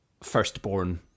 firstborn